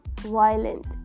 violent